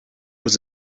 was